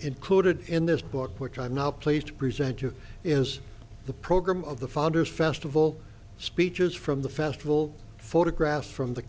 included in this book which i'm now pleased to present to is the program of the founders festival speeches from the festival photographs from the